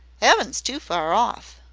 eaven's too far off